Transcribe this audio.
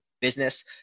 business